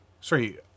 sorry